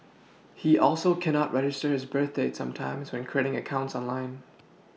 he also cannot register his birth date sometimes when creating accounts online